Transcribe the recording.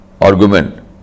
argument